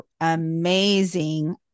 amazing